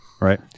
right